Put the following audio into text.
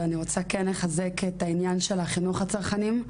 אני רוצה לחזק את העניין של חינוך הצרכנים.